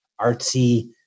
artsy